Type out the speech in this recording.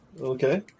Okay